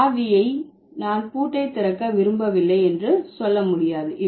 சாவியை நான் பூட்டை திறக்க விரும்பவில்லை என்று சொல்ல முடியாது